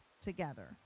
together